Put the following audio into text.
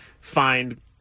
find